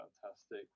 fantastic